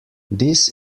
this